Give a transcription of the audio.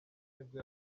nibwo